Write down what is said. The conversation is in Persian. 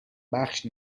بخش